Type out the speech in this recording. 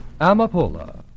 Amapola